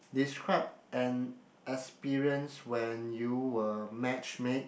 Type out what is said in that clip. describe an experience when you were matchmake